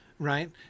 right